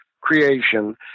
creation